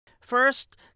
First